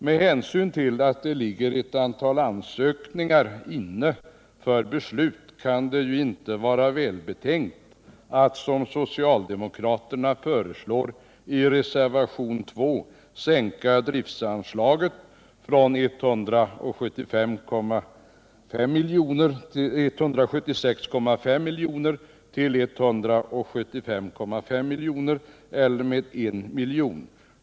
Med hänsyn till att det dock ligger inne ett antal ansökningar där beslut avvaktas kan det inte vara välbetänkt att, som socialdemokraterna föreslår i reservationen 2, sänka driftsanslaget från 176,5 milj.kr. till 175,5 miljoner eller med I miljon.